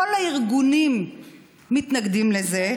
כל הארגונים מתנגדים לזה.